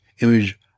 image